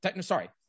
sorry